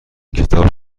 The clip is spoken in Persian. کتاب